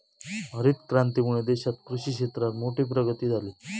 हरीत क्रांतीमुळे देशात कृषि क्षेत्रात मोठी प्रगती झाली